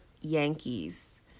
yankees